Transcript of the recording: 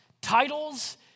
titles